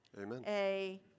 Amen